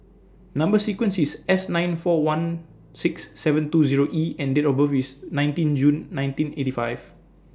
Number sequence IS S nine four one six seven two Zero E and Date of birth IS nineteen June nineteen eighty five